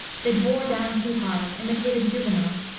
they bore down too hard, imitated juvenal,